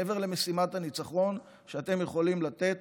מעבר למשימת הניצחון שאתם יכולים לתת